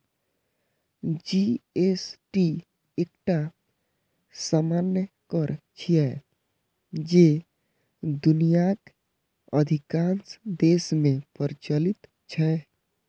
GST एकटा सामान्य कर छियै, जे दुनियाक अधिकांश देश मे प्रचलित छै